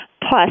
plus